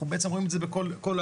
זה מה שאנחנו רואים בעצם בכל הארץ.